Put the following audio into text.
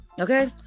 Okay